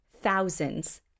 Thousands